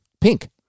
Pink